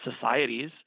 societies